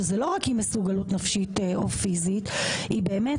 שזה לא רק אי מסוגלות נפשית או פיזית היא באמת